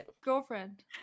Girlfriend